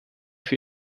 für